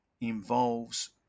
involves